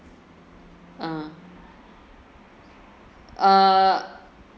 mm uh